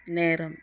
நேரம்